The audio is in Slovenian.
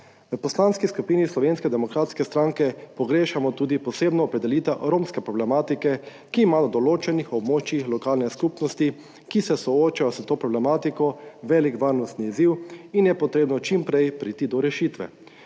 V Poslanski skupini Slovenske demokratske stranke pogrešamo tudi posebno opredelitev romske problematike, ki je na določenih območjih lokalne skupnosti, ki se soočajo s to problematiko, velik varnostni izziv in je treba čim prej priti do rešitve.